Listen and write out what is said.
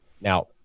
now